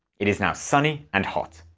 it is now sunny and hot.